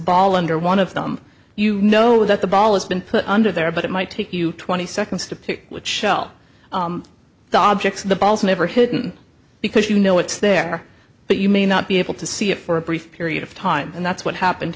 ball under one of them you know that the ball has been put under there but it might take you twenty seconds to pick which objects the balls never hidden because you know it's there but you may not be able to see it for a brief period of time and that's what happened